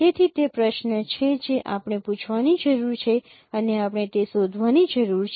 તેથી તે પ્રશ્ન છે જે આપણે પૂછવાની જરૂર છે અને આપણે તે શોધવાની જરૂર છે